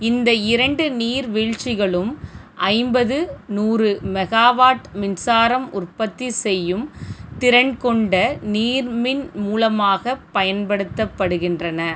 இந்த இரண்டு நீர் வீழ்ச்சிகளும் ஐம்பது நூறு மெகாவாட் மின்சாரம் உற்பத்தி செய்யும் திறன் கொண்ட நீர்மின் மூலமாகப் பயன்படுத்தப்படுகின்றன